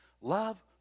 Love